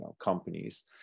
companies